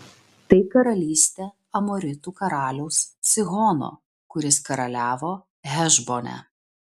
tai karalystė amoritų karaliaus sihono kuris karaliavo hešbone